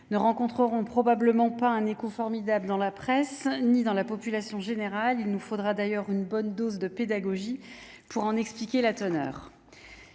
ne rencontreront probablement pas un écho formidable dans la presse ni dans la population. Il nous faudra d'ailleurs une bonne dose de pédagogie pour en expliquer la teneur.